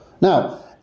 Now